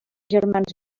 germans